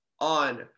on